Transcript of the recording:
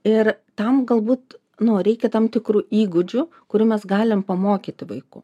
ir tam galbūt nu reikia tam tikrų įgūdžių kurių mes galim pamokyti vaiku